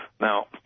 Now